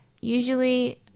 Usually